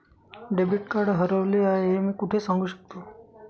Debit card हरवले आहे हे मी कोठे सांगू शकतो?